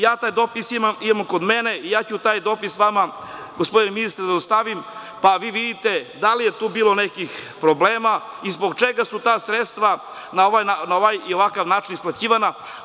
Ja taj dopis imam i ja ću vam ga, gospodine ministre, dostaviti, pa vi vidite da li je tu bilo nekih problema i zbog čega su ta sredstva na ovaj i ovakav način isplaćivana.